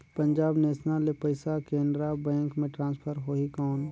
Punjab National ले पइसा Canara Bank मे ट्रांसफर होहि कौन?